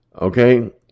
okay